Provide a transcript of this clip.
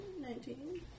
Nineteen